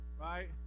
Right